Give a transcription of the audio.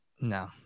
No